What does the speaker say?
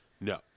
No